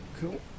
Cool